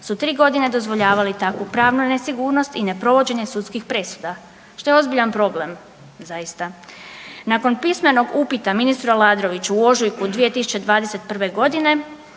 su tri godine dozvoljavali takvu pravnu nesigurnost i neprovođenje sudskih presuda što je ozbiljan problem zaista. Nakon pismenog upita ministru Aladroviću u ožujku 2021. godine